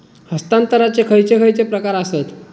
हस्तांतराचे खयचे खयचे प्रकार आसत?